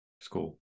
school